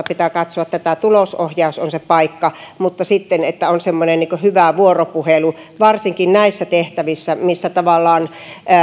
pitää katsoa tätä tulosohjaus on se paikka että on semmoinen hyvä vuoropuhelu varsinkin näissä tehtävissä